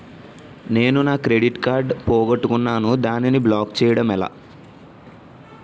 నేను నా credit card పోగొట్టుకున్నాను దానిని బ్లాక్ చేయడం ఎలా?